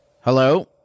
Hello